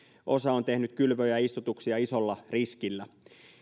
osa on tehnyt kylvön ja ja istutuksia isolla riskillä